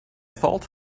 fault